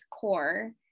core